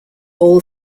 all